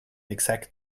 exact